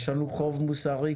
יש לנו חוב מוסרי,